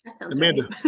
Amanda